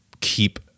keep